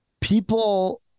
people